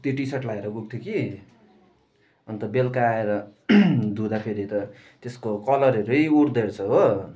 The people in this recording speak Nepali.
त्यो टी सर्ट लगाएर गएको थिएँ कि अन्त बेलुका आएर धुँदाखेरि त त्यसको कलरहरू उढ्दो रहेछ हो